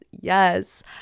yes